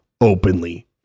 openly